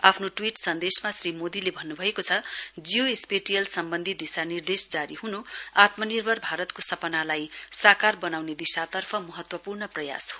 आफ्नो ट्वीट सन्देशमा श्री मोदीले भन्न्भएको छ जियो स्पेटियल सम्बन्धी दिशा निर्देश जारी हन् आत्मानिर्भर भारतको सपनालाई साकार बनाउने दिशातर्फ महत्वपूर्ण प्रयास हो